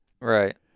Right